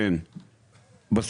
בחוץ.